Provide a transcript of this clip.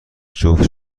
جفت